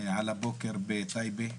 על הבוקר בטייבה,